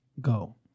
go